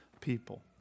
people